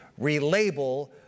relabel